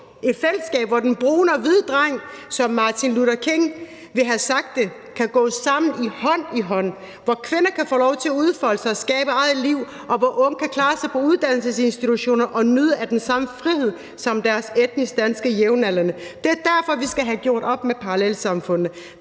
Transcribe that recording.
et fællesskab, hvor den brune og hvide dreng, som Martin Luther King ville have sagt det, kan gå sammen hånd i hånd; hvor kvinder kan få lov til at udfolde sig og skabe deres eget liv, og hvor unge kan klare sig på uddannelsesinstitutioner og nyde den samme frihed, som deres etnisk danske jævnaldrende. Det er derfor, at vi skal have gjort op med parallelsamfundene.